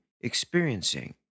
experiencing